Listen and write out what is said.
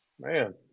Man